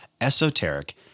esoteric